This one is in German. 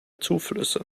zuflüsse